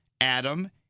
Adam